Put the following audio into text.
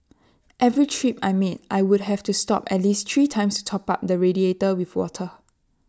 every trip I made I would have to stop at least three times top up the radiator with water